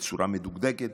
בצורה מדוקדקת,